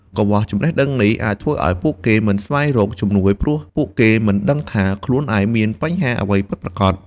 កង្វះចំណេះដឹងនេះ ធ្វើឱ្យពួកគេមិនស្វែងរកជំនួយ ព្រោះពួកគេមិនដឹងថាខ្លួនឯងមានបញ្ហាអ្វីពិតប្រាកដ។